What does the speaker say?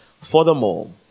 furthermore